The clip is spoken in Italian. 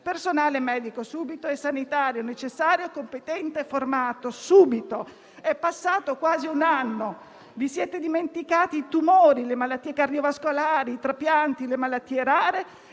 personale medico e sanitario competente e formato. È passato quasi un anno, vi siete dimenticati i tumori, le malattie cardiovascolari, i trapianti, le malattie rare